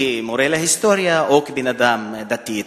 כמורה להיסטוריה, או כבן-אדם דתי.